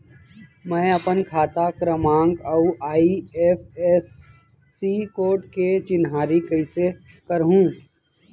मैं अपन खाता क्रमाँक अऊ आई.एफ.एस.सी कोड के चिन्हारी कइसे करहूँ?